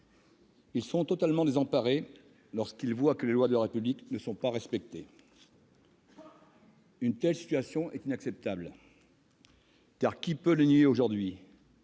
Ils sont totalement désemparés lorsqu'ils voient que les lois de la République ne sont pas respectées. Une telle situation est inacceptable ! Qui peut la nier aujourd'hui ?